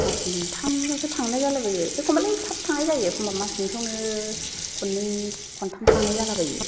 मास मोनथामजोंसो थांनाय जाला बायो एखमबालाय थाब थांनाय जायो एखमबा मास मोनसेयावनो खननै खनथाम थांनाय जाला बायो